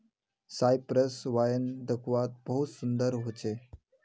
Cyprus wine दाख्वात बहुत सुन्दर होचे